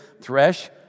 thresh